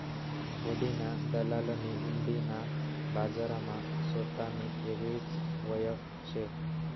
हुंडीना दलालनी हुंडी ना बजारमा सोतानी येगळीच वयख शे